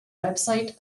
website